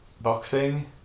Boxing